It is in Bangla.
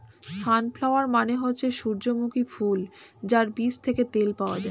সানফ্লাওয়ার মানে হচ্ছে সূর্যমুখী ফুল যার বীজ থেকে তেল পাওয়া যায়